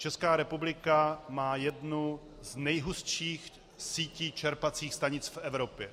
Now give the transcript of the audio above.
Česká republika má jednu z nejhustších sítí čerpacích stanic v Evropě.